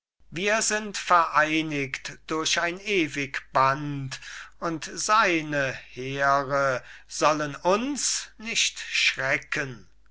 wir sind vereinigt durch ein ewig band und seine heere sollen uns nicht schrecken